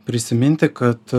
prisiminti kad